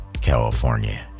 California